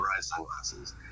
sunglasses